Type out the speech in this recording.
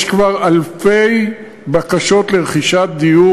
יש כבר אלפי בקשות לרכישת דיור,